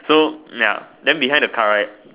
so ya then behind the car right